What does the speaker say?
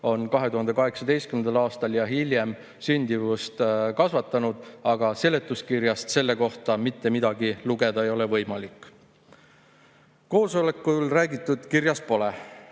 on 2018. aastal ja hiljem sündimust kasvatanud, aga seletuskirjast selle kohta mitte midagi lugeda ei ole võimalik. Koosolekul räägitut kirjas pole. Täna